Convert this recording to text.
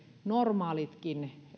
normaalitkin